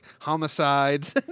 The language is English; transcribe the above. homicides